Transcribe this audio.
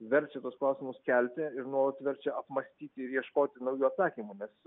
verčia tuos klausimus kelti ir nuolat verčia apmąstyti ir ieškoti naujų atsakymų nes